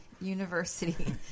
University